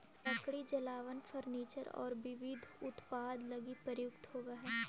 लकड़ी जलावन, फर्नीचर औउर विविध उत्पाद लगी प्रयुक्त होवऽ हई